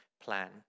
plan